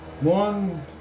One